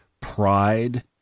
pride